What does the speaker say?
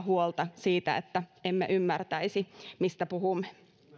huolta siitä että emme ymmärtäisi mistä puhumme